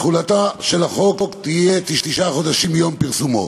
תחולתו של החוק תהיה תשעה חודשים מיום פרסומו.